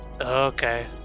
Okay